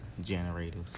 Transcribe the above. generators